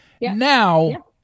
Now